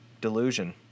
Delusion